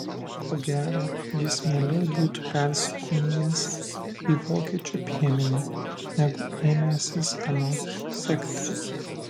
ko gero jis mieliau būtų persikūnijęs į vokiečių piemenį negu ėmęsis ką nors sekti